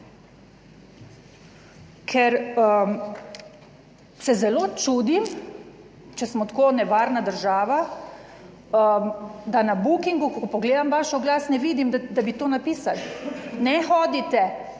ker se zelo čudim, če smo tako nevarna država, da na Bookingu, ko pogledam vaš oglas, ne vidim, da bi to napisali. Ne hodite